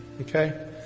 Okay